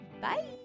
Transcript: bye